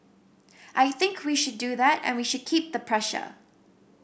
I think we should do that and we should keep the pressure